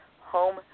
home